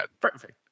Perfect